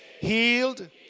healed